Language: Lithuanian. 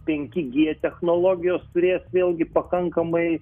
penki g technologijos turės vėlgi pakankamai